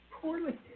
poorly